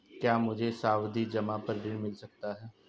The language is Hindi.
क्या मुझे सावधि जमा पर ऋण मिल सकता है?